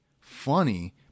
funny